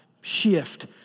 shift